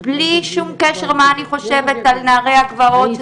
בלי שום קשר מה אני חושבת על נערי הגבעות,